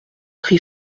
cri